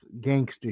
gangster